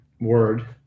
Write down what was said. word